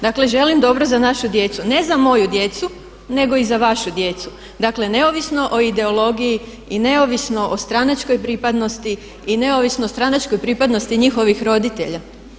Dakle želim dobro za našu djecu, ne za moju djecu, nego i za vašu djecu dakle neovisno o ideologiji i neovisno o stranačkoj pripadnosti i neovisno o stranačkoj pripadnosti njihovih roditelja.